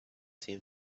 seem